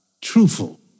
truthful